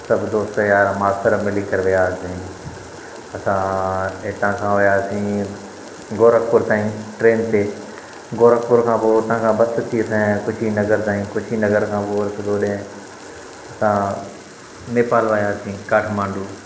सभु दोस्त यार मास्तर मिली करे वियासीं असां हितां खां वियासीं गोरखपुर ताईं ट्रेन ते गोरखपुर खां पोइ उतां खां बस थी असांजे खुशी नगर ताईं खुशी नगर खां पोइ सिधो ओॾांहुं असां नेपाल वियासीं काठमाण्डू